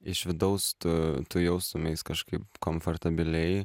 iš vidaus tu tu jaustumeis kažkaip komfortabiliai